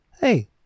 hey